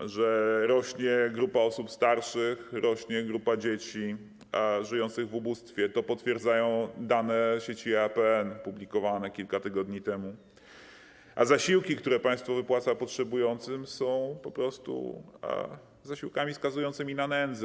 że rośnie grupa osób starszych, rośnie grupa dzieci żyjących w ubóstwie - to potwierdzają dane sieci EAPN opublikowane kilka tygodni temu - a zasiłki, które państwo wypłaca potrzebującym, są zasiłkami po prostu skazującymi na nędzę.